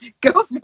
go